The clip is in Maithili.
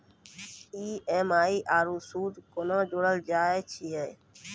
ई.एम.आई आरू सूद कूना जोड़लऽ जायत ऐछि?